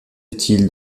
utile